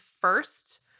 first